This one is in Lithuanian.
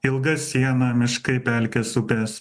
ilga siena miškai pelkės upės